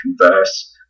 converse